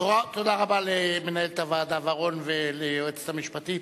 תודה רבה למנהלת הוועדה ורון וליועצת המשפטית,